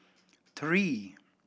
three